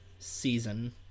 season